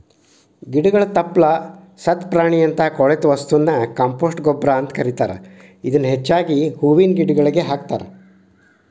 ಗಿಡಗಳ ತಪ್ಪಲ, ಸತ್ತ ಪ್ರಾಣಿಯಂತ ಕೊಳೆತ ವಸ್ತುನ ಕಾಂಪೋಸ್ಟ್ ಗೊಬ್ಬರ ಅಂತ ಕರೇತಾರ, ಇದನ್ನ ಹೆಚ್ಚಾಗಿ ಹೂವಿನ ಗಿಡಗಳಿಗೆ ಹಾಕ್ತಾರ